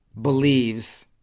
believes